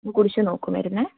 ഇത് കുടിച്ച് നോക്കൂ മരുന്ന്